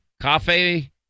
Cafe